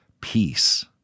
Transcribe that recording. peace